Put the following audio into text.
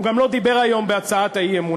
הוא גם לא דיבר היום בהצעת האי-אמון.